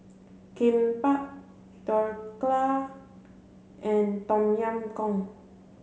Kimbap Dhokla and Tom Yam Goong